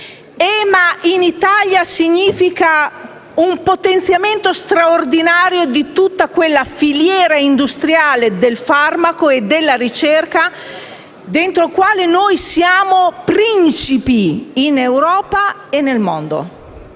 L'EMA in Italia significa un potenziamento straordinario di tutta quella filiera industriale del farmaco e della ricerca rispetto alla quale noi siamo principi in Europa e nel mondo.